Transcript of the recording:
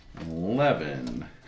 Eleven